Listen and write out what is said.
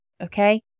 okay